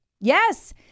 Yes